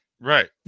Right